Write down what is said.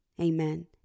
Amen